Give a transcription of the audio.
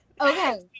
okay